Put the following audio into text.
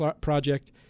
Project